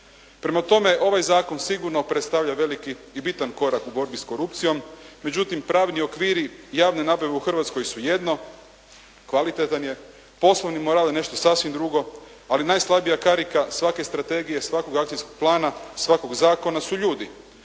Prema tome, ovaj zakon sigurno predstavlja veliki i bitan korak u borbi s korupcijom. Međutim, pravni okviri javne nabave u Hrvatskoj su jedno, kvalitetan je, poslovni moral je nešto sasvim drugo, ali najslabija karika svake strategije, svakog akcijskog plana su ljudi,